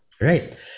Right